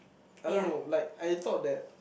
I don't know like I thought that